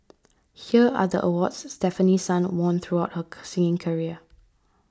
here are the awards Stefanie Sun won throughout her singing career